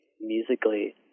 musically